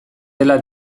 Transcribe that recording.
dela